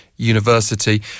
University